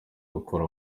gukura